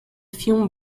film